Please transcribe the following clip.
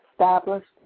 established